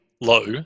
low